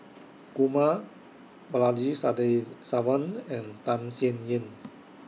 Kumar Balaji Sadasivan and Tham Sien Yen